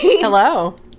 Hello